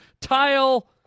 tile